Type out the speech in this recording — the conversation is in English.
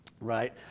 right